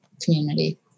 community